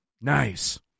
Nice